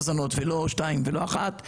ולא שתיים ולא אחת,